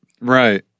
Right